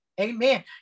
Amen